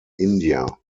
india